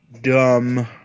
dumb